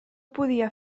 podia